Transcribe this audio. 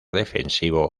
defensivo